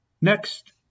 Next